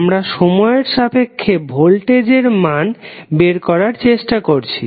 আমরা সময়ের সাপেক্ষে ভোল্টেজ এর মান বের করার চেষ্টা করছি